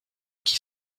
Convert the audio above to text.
qui